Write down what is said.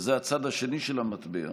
וזה הצד השני של המטבע,